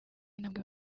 intambwe